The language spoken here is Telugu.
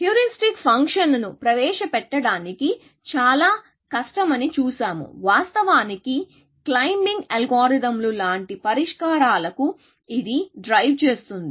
హ్యూరిస్టిక్ ఫంక్షన్ను ప్రవేశపెట్టటానికి చాలా కష్టమని చూశాము వాస్తవానికి క్లైంబింగ్ అల్గోరిథంలు లాంటి పరిష్కారాలకు ఇది డ్రైవ్ చేస్తుంది